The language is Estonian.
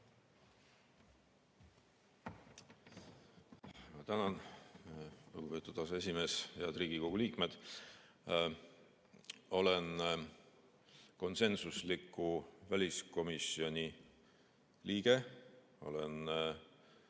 Tänan, lugupeetud aseesimees! Head Riigikogu liikmed! Olen konsensusliku väliskomisjoni liige, olen